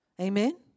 amen